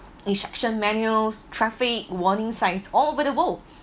instruction manuals traffic warning signs all over the world